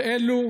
כל אלו